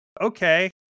Okay